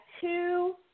two